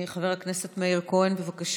חבר הכנסת מאיר כהן, בבקשה.